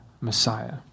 Messiah